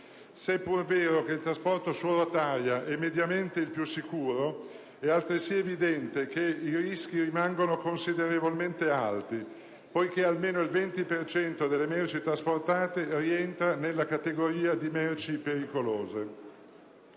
Se è pur vero che il trasporto su rotaia è mediamente il più sicuro, è altresì evidente che i rischi rimangono considerevolmente alti, poiché almeno il 20 per cento delle merci trasportate rientra nella categoria di merci pericolose.